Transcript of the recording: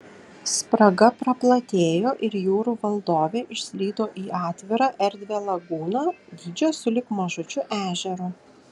spraga praplatėjo ir jūrų valdovė išslydo į atvirą erdvią lagūną dydžio sulig mažučiu ežeru